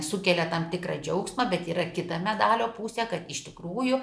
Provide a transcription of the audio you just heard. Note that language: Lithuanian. nes sukelia tam tikrą džiaugsmą bet yra kita medalio pusė kad iš tikrųjų